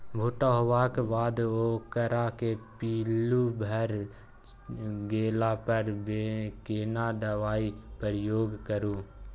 भूट्टा होबाक बाद ओकरा मे पील्लू भ गेला पर केना दबाई प्रयोग करू?